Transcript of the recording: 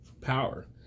power